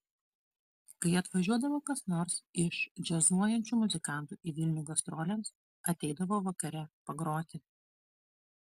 kai atvažiuodavo kas nors iš džiazuojančių muzikantų į vilnių gastrolėms ateidavo vakare pagroti